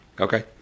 Okay